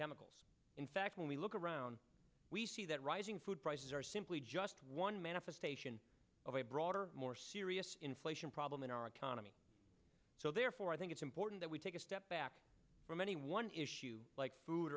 chemicals in fact when we look around we see that rising food prices are simply just one manifestation of a broader more serious inflation problem in our economy so therefore i think it's important that we take a step back from any one issue like food